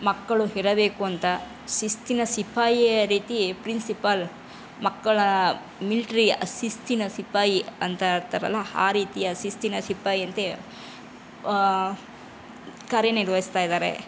ಮಕ್ಕಳು ಇರಬೇಕು ಅಂತ ಶಿಸ್ತಿನ ಸಿಪಾಯಿಯ ರೀತಿ ಪ್ರಿನ್ಸಿಪಾಲ್ ಮಕ್ಕಳ ಮಿಲ್ಟ್ರಿ ಶಿಸ್ತಿನ ಸಿಪಾಯಿ ಅಂತ ಇರ್ತಾರಲ್ಲ ಆ ರೀತಿಯ ಶಿಸ್ತಿನ ಸಿಪಾಯಿಯಂತೆ ಕಾರ್ಯ ನಿರ್ವಹಿಸ್ತಾ ಇದ್ದಾರೆ